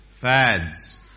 fads